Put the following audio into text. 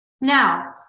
now